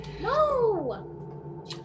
No